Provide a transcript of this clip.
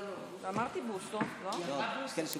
בבקשה.